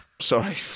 Sorry